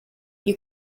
you